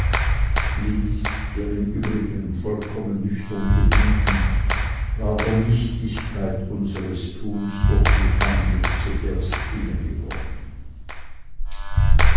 lys der im übrigen vollkommen nüchtern geblieben war der nichtigkeit unseres tuns durch den anblick zuerst